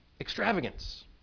extravagance